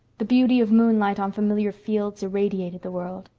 the beauty of moonlight on familiar fields irradiated the world.